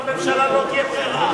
לממשלה לא תהיה ברירה.